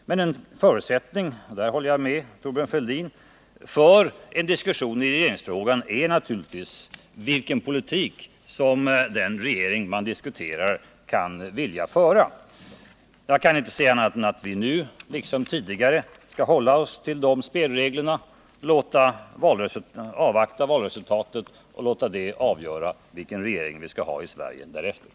Men en förutsättning — därvidlag håller jag med Thorbjörn Fälldin — för en diskussion i regeringsfrågan är naturligtvis vilken politik som den regering man överlägger om kan vilja föra. Jag kan inte se annat än att vi nu liksom tidigare skall hålla oss till dessa spelregler, avvakta valresultatet och låta det avgöra vilken regering vi därefter skall ha i Sverige.